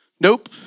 Nope